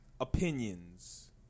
Opinions